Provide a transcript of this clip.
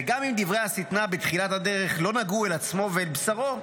וגם אם דברי השטנה בתחילת הדרך לא נגעו אל עצמו ואל בשרו,